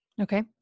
Okay